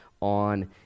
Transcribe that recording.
on